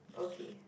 okay